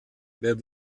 wer